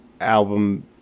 album